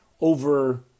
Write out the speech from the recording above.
over